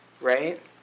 Right